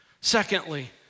Secondly